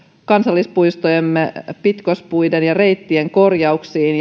kansallispuistojemme pitkospuiden ja reittien korjauksiin